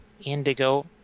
indigo